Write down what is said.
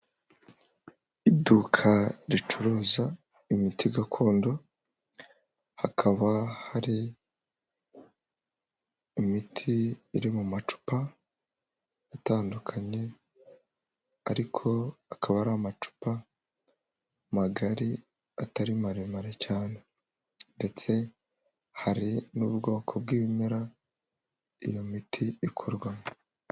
iduka ricuruza imiti gakondo, hakaba hari imiti iri mu macupa atandukanye, ariko akaba ari amacupa magari atari maremare cyane ndetse hari n'ubwoko bw'ibimera iyo miti ikorwamo.